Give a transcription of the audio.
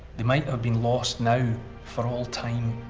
they might have been lost now for all time.